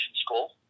school